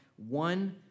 one